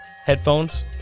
headphones